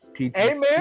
Amen